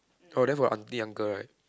oh then got auntie uncle right